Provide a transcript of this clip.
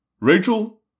Rachel